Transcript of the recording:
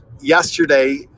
yesterday